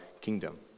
kingdom